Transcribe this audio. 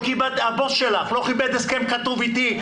הבוס שלך לא כיבד הסכם כתוב איתי,